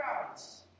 crowds